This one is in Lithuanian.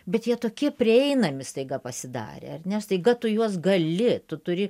bet jie tokie prieinami staiga pasidarė ar ne staiga tu juos gali tu turi